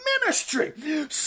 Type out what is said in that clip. ministry